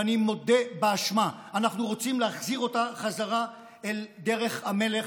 ואני מודה באשמה: אנחנו רוצים להחזיר אותה בחזרה אל דרך המלך